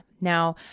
Now